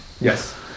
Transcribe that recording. Yes